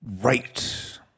Right